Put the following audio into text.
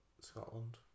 Scotland